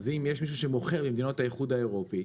אז אם יש מישהו שמוכר במדינות האיחוד האירופי,